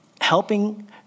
helping